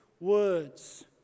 words